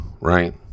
right